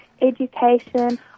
education